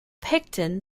picton